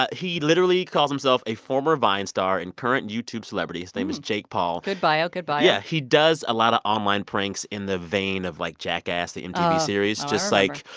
ah he literally calls himself a former vine star and current youtube celebrity. his name is jake paul good bio, good bio yeah, he does a lot of online pranks in the vein of, like, jackass, the mtv series. just like.